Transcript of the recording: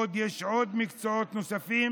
בעוד יש עוד מקצועות נוספים